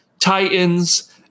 Titans